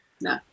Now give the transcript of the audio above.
No